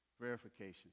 verification